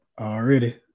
already